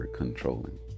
controlling